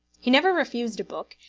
he never refused a book,